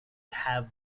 have